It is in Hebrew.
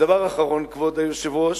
ודבר אחרון, כבוד היושב-ראש: